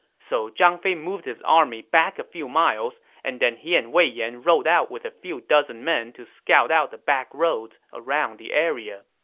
so zhang fei moved his army back a few miles and then he and wei yan rode out with a few dozen men to scout out the backroads around the area.